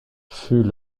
fut